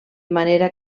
manera